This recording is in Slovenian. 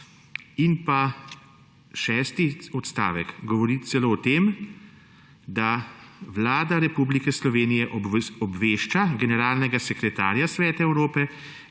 in pa šesti odstavek govori celo o tem, da Vlada Republike Slovenije obvešča generalnega sekretarja Sveta Evrope,